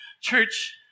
Church